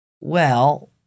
Well